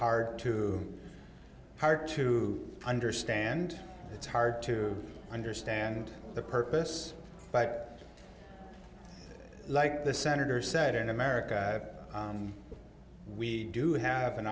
hard to hard to understand it's hard to understand the purpose but like the senator said in america and we do have an